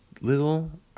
little